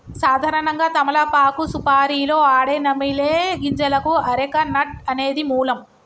సాధారణంగా తమలపాకు సుపారీలో ఆడే నమిలే గింజలకు అరెక నట్ అనేది మూలం